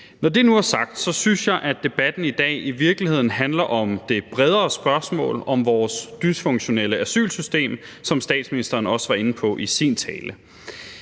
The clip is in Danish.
Når det nu er sagt, synes jeg, at debatten i dag i virkeligheden handler om det bredere spørgsmål om vores dysfunktionelle asylsystem, som statsministeren også var inde på i sin tale.